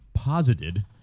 posited